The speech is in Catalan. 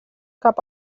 cap